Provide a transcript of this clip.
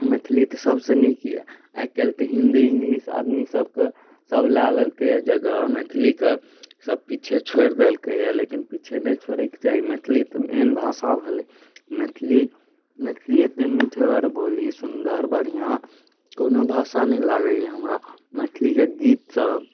मैथिली तऽ सबसँ नीक अइ आइ काल्हि तऽ हिन्दी इङ्गलिश आदमीसबके सब लऽ लेलकैए जगह मैथिलीके सब पीछे छोड़ि देलकैए लेकिन पीछे नहि छोड़ैके चाही मैथिली तऽ मेन भाषा भेलै मैथिली मैथिली एतेक मिठगर बोली सुन्दर बढ़िआँ कोनो भाषा नहि लागैए हमरा मैथिलीके गीतसब